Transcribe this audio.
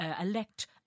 elect